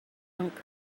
punk